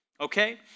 okay